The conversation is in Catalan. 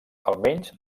almenys